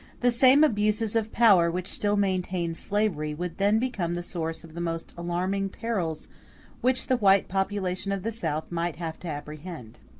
the same abuses of power which still maintain slavery, would then become the source of the most alarming perils which the white population of the south might have to apprehend.